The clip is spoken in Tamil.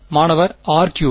மாணவர் r கியூப்